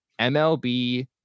MLB